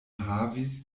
havis